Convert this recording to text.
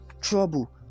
trouble